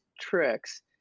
tricks